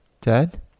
dead